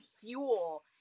fuel